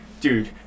Dude